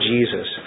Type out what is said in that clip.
Jesus